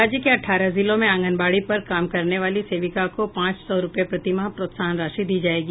राज्य के अटठारह जिलों के आंगनबाड़ी पर काम करने वाली सेविका को पांच सौ रूपये प्रतिमाह प्रोत्साहन राशि दी जायेगी